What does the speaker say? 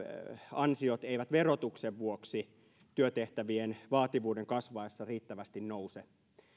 ansiot eivät verotuksen vuoksi työtehtävien vaativuuden kasvaessa riittävästi nouse